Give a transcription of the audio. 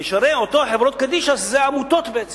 נשארו אותן חברות קדישא שהן עמותות, בעצם.